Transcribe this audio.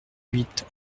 huit